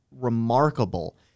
remarkable